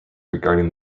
regarding